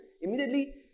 Immediately